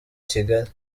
kigali